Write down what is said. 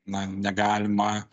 na negalima